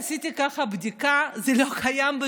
עשיתי בדיקה: זה לא קיים,